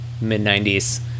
mid-90s